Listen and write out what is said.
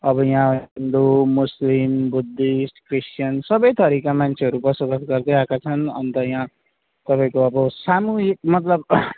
अब यहाँ हिन्दू मुस्लिम बुद्धिस्ट क्रिसच्यन सबै थरिका मान्छेहरू बसोबासो गर्दै आएका छन् अन्त यहाँ तपाईँको अब सामूहिक मतलब